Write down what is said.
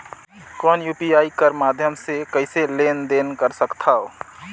कौन यू.पी.आई कर माध्यम से कइसे लेन देन कर सकथव?